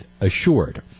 assured